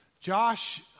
Josh